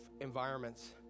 environments